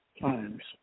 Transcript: times